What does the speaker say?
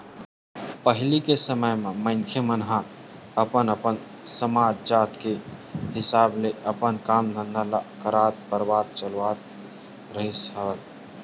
पहिली के समे म मनखे मन ह अपन अपन समाज, जात के हिसाब ले अपन काम धंधा ल करत परवार चलावत रिहिस हवय